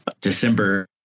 december